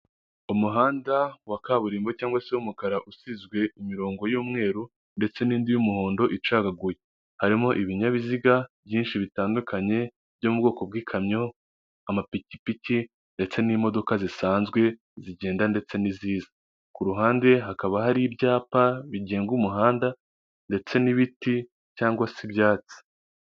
Umuhanda wa kaburimbo cyangwa se w'umukara usizwe imirongo y'umweru ndetse n'indi y'umuhondo icagaguye, harimo ibinyabiziga byinshi bitandukanye byo mu bwoko bw'ikamyo, amapikipiki ndetse n'imodoka zisanzwe zigenda ndetse n'iziza, ku ruhande hakaba hari ibyapa bigenga umuhanda ndetse n'ibiti cyangwa se ibyatsi.